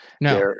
No